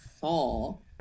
fall